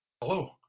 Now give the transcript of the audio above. Hello